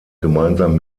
gemeinsam